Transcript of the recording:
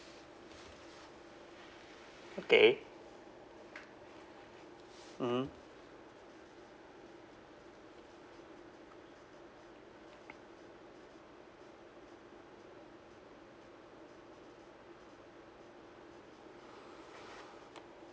okay mmhmm